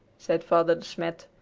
said father de smet.